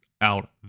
out